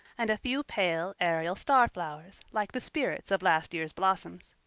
and a few pale, aerial starflowers, like the spirits of last year's blossoms.